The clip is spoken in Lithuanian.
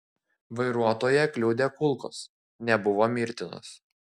vairuotoją kliudę kulkos nebuvo mirtinos